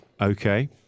Okay